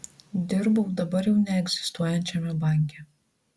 dirbau dabar jau neegzistuojančiame banke